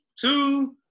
two